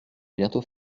bientôt